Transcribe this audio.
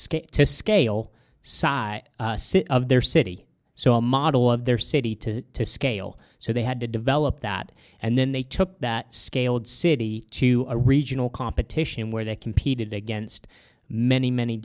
scale to scale a city of their city so a model of their city to scale so they had to develop that and then they took that scaled city to a regional competition where they competed against many many